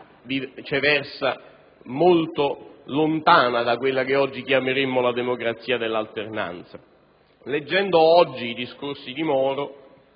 viceversa, molto lontana da quella che oggi chiameremmo la democrazia dell'alternanza. Leggendo oggi i discorsi di Moro,